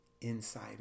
Inside